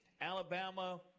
Alabama